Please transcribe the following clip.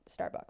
Starbucks